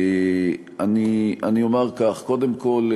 אני אומר כך: קודם כול,